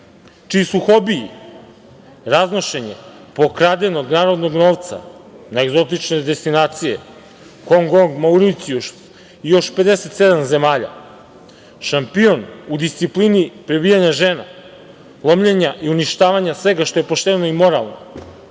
čiji su hobiji raznošenje pokradenog narodnog novca na egzotične destinacije Hong Kong, Mauricijus i još 57 zemalja, šampion u disciplini prebijanja žena, lomljena i uništavanja svega što je pošteno i moralno,